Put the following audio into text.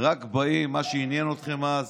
מה שעניין אתכם אז